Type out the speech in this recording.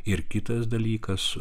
ir kitas dalykas